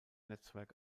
netzwerk